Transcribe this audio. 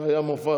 זה היה מופז.